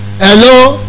hello